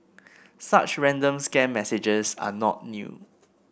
such ransom scam messages are not new